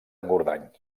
engordany